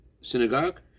Synagogue